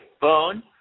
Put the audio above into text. phone